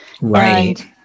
Right